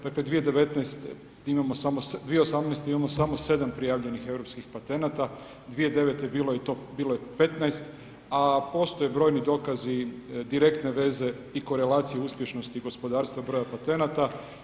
Dakle 2018. imamo samo 7 prijavljenih europskih patenata, 2009. bilo je 15 a postoje brojni dokazi direktne veze i korelacije uspješnosti gospodarstva broja patenata.